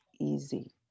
easy